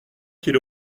qu’il